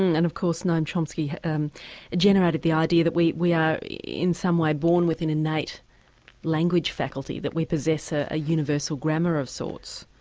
and of course noam chomsky um generated the idea that we we are in some way born with an innate language faculty, that we possess a universal grammar of sorts.